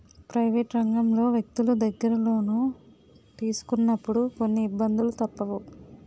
private రంగంలో వ్యక్తులు దగ్గర లోను తీసుకున్నప్పుడు కొన్ని ఇబ్బందులు తప్పవు